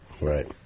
right